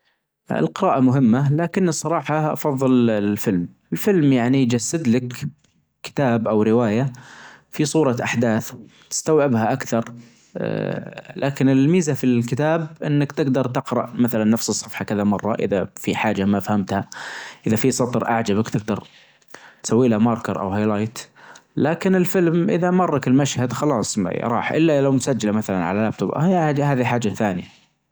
القراءة مهمة لكن الصراحة افظل الفيلم. الفيلم يعني يجسد لك كتاب او رواية في صورة احداث تستوعبها اكثر لكن الميزة في الكتاب انك تقدر تقرأ مثلا نفس الصفحة كذا مرة اذا في حاجة ما فهمتها اذا في سطر اعجبك تقدر تساويله ماركر او هيلايت لكن الفيلم اذا مرك المشهد خلاص راح الا لو مسجلة مثلا على لابتوب هذي حاجة ثانية.